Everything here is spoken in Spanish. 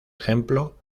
ejemplo